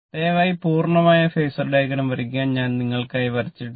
ദയവായി പൂർണ്ണമായ phasor diagram വരയ്ക്കുക ഞാൻ നിങ്ങൾക്കായി വരച്ചിട്ടില്ല